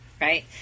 Right